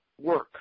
work